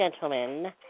gentlemen